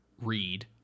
read